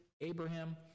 Abraham